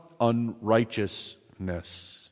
unrighteousness